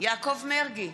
יעקב מרגי,